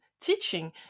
teaching